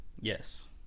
Yes